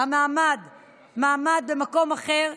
מעמד במקום אחר,